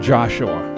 Joshua